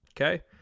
okay